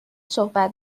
صحبت